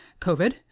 COVID